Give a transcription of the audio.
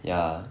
ya